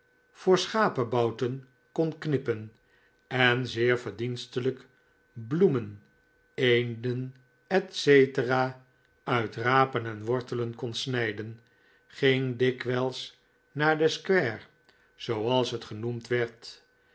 voor schapenbouten kon knippen en zeer verdienstelijk bloemen eenden etc uit rapen en wortelen kon snijden ging dikwijls naar de square zooals het genoemd werd